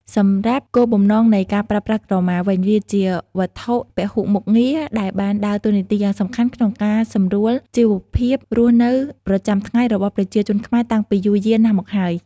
សម្រាប់់គោលបំណងនៃការប្រើប្រាស់ក្រមាវិញ វាជាវត្ថុពហុមុខងារដែលបានដើរតួនាទីយ៉ាងសំខាន់ក្នុងការសម្រួលជីវភាពរស់នៅប្រចាំថ្ងៃរបស់ប្រជាជនខ្មែរតាំងពីយូរយារណាស់មកហើយ។